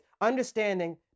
understanding